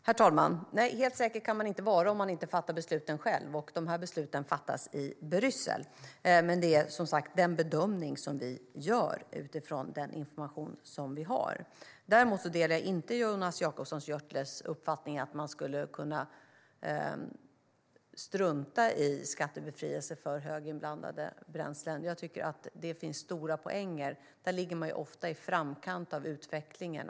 Herr talman! Nej, helt säker kan man inte vara om man inte fattar besluten själv, och dessa beslut fattas ju i Bryssel. Detta är dock som sagt den bedömning vi gör utifrån den information vi har. Jag delar däremot inte Jonas Jacobsson Gjörtlers uppfattning om att vi skulle kunna strunta i skattebefrielse för höginblandade bränslen. Det finns stora poänger med detta. Ofta ligger man där i framkant av utvecklingen.